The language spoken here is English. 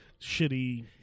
shitty